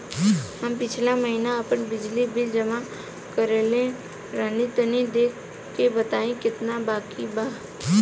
हम पिछला महीना आपन बिजली बिल जमा करवले रनि तनि देखऽ के बताईं केतना बाकि बा?